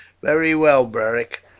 very well, beric,